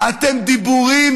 אתם דיבורים,